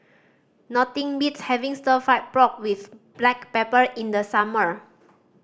nothing beats having Stir Fried Pork With Black Pepper in the summer